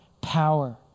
power